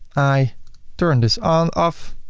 i turn this on-off,